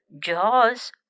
Jaws